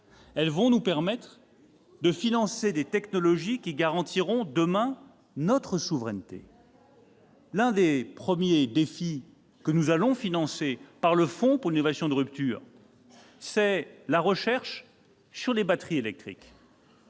Elles nous permettront de financer des technologies qui garantiront, demain, notre souveraineté. L'un des premiers défis que nous allons relever au travers de ce fonds pour l'innovation de rupture, c'est la recherche sur les batteries électriques.